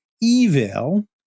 evil